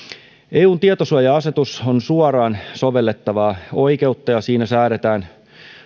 eun tietosuoja asetus on suoraan sovellettavaa oikeutta ja siinä säädetään